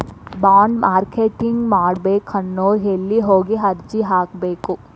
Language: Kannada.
ಬಾಂಡ್ ಮಾರ್ಕೆಟಿಂಗ್ ಮಾಡ್ಬೇಕನ್ನೊವ್ರು ಯೆಲ್ಲೆ ಹೊಗಿ ಅರ್ಜಿ ಹಾಕ್ಬೆಕು?